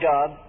God